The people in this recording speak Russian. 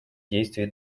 действий